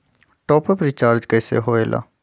Top up recharge कइसे होएला?